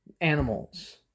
animals